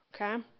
okay